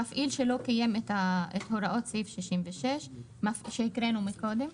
מפעיל שלא קיים את הוראות סעיף 66 שקראנו קודם: